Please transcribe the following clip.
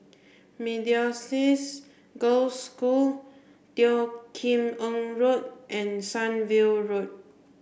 Methodist Girls' School Teo Kim Eng Road and Sunview Road